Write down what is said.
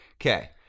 okay